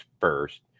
first